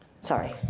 Sorry